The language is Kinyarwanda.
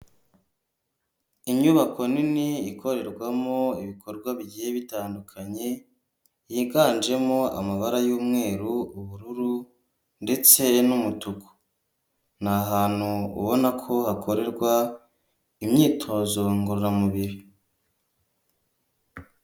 Inyubako nini ikorerwamo ibikorwa bigiye bitandukanye yiganjemo amabara y'umweru, ubururu ndetse n'umutuku ni ahantutu ubona ko hakorerwa imyitozo ngororamubiri.